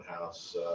house